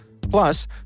Plus